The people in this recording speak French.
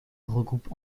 regroupe